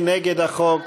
מי נגד החוק?